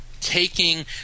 taking